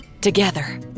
Together